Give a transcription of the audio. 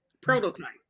Prototype